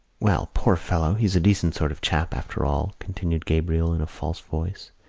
well, poor fellow, he's a decent sort of chap, after all, continued gabriel in a false voice.